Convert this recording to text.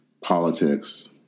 politics